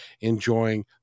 enjoying